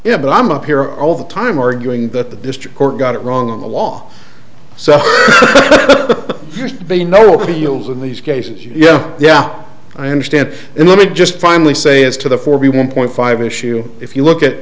it but i'm up here all the time arguing that the district court got it wrong on the law so they know it will be used in these cases yeah yeah i understand and let me just finally say as to the forty one point five issue if you look at